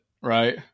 right